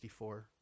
64